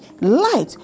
light